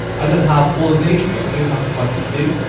i don't have all of these but i do have quite a few.